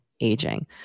aging